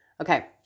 Okay